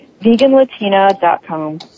VeganLatina.com